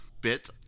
bit